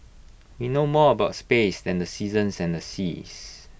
we know more about space than the seasons and the seas